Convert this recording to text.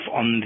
on